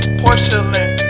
porcelain